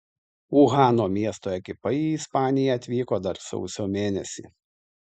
uhano miesto ekipa į ispaniją atvyko dar sausio mėnesį